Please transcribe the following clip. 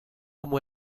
como